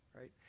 right